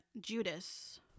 judas